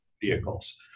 vehicles